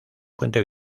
puente